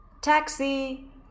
Taxi